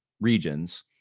regions